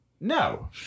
No